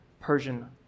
Persian